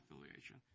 affiliation